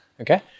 Okay